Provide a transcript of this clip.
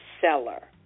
seller